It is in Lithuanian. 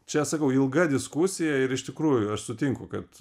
čia sakau ilga diskusija ir iš tikrųjų aš sutinku kad